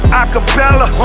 acapella